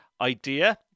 idea